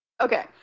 okay